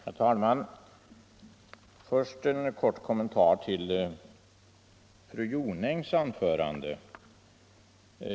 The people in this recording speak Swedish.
Herr talman! Först en kort kommentar till fru Jonäng.